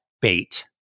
bait